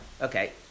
Okay